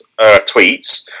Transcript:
tweets